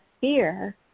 fear